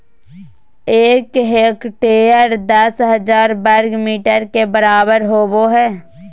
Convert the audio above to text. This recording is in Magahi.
एक हेक्टेयर दस हजार वर्ग मीटर के बराबर होबो हइ